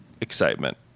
excitement